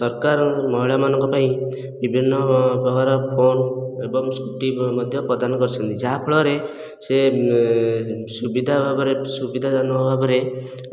ସରକାର ମହିଳାମାନଙ୍କ ପାଇଁ ବିଭିନ୍ନ ପ୍ରକାର ଫୋନ ଏବଂ ସ୍କୁଟି ମଧ୍ୟ ପ୍ରଦାନ କରିଛନ୍ତି ଯାହାଫଳରେ ସେ ସୁବିଧା ଭାବରେ ସୁବିଧା ଜନକ ଭାବରେ